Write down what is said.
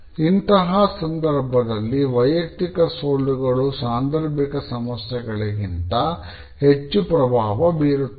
ಇಂತಹ ಸಂದರ್ಭದಲ್ಲಿ ವೈಯುಕ್ತಿಕ ಸೋಲುಗಳು ಸಾಂದರ್ಭಿಕ ಸಮಸ್ಯೆಗಳಿಗಿಂತ ಹೆಚ್ಚು ಪ್ರಭಾವ ಬೀರುತ್ತವೆ